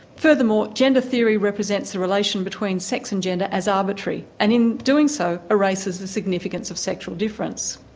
furthermore, gender theory represents the relation between sex and gender as arbitrary, and in doing so, erases the significance of sexual difference.